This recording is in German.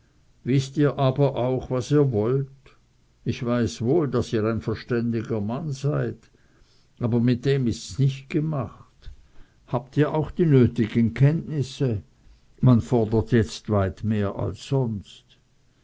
wißt ihr auch was ihr wollt ich weiß wohl daß ihr ein verständiger mann seid aber mit dem ist's nicht gemacht habt ihr auch die nötigen kenntnisse man fordert jetzt weit mehr als sonst